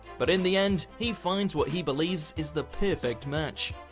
but in the end, he finds what he believes is the perfect match.